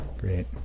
Great